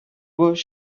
was